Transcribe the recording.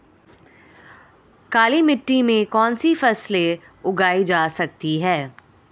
काली मिट्टी में कौनसी फसलें उगाई जा सकती हैं?